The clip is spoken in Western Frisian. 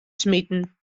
smiten